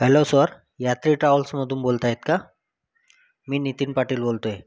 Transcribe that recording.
hello sir Yatri ट्रॅव्हल्समधून बोलत आहेत का मी नितीन पाटील बोलतो आहे